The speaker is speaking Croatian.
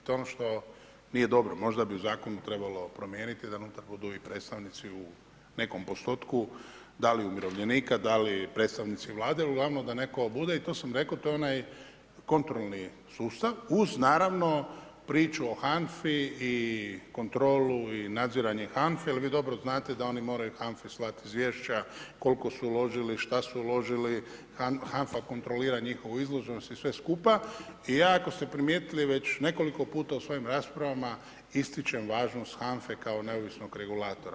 To je ono što nije dobro, možda bi u zakonu trebalo promijeniti da … i predstavnici u nekom postotku, da li umirovljenika, da li predstavnici Vlade, glavno da netko bude i to sam rekao, to je onaj kontrolni sustav, uz naravno priču o HANF-i i kontrolu i nadziranje HANFA-e jer vi dobro znate da oni moraju HANFA-i slati izvješća koliko su uložiti, šta su uložili HANFA kontrolira njihovu … i sve skupa i ja ako ste primijetili već nekoliko puta u svojim raspravama ističem važnost HANFA-e, kao neovisnog regulatora.